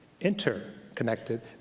interconnected